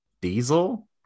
Diesel